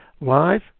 live